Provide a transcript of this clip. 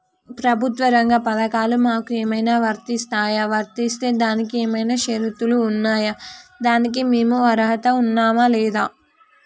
ప్రభుత్వ రంగ పథకాలు మాకు ఏమైనా వర్తిస్తాయా? వర్తిస్తే దానికి ఏమైనా షరతులు ఉన్నాయా? దానికి మేము అర్హత ఉన్నామా లేదా?